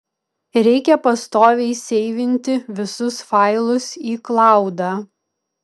reikia pastoviai seivinti visus failus į klaudą